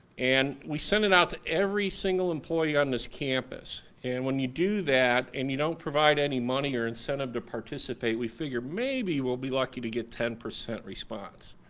and we sent it out to every single employee on this campus. and when you do that and you don't provide any money or incentive to participate we figure maybe we'll be lucky to get ten percent response.